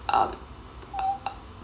um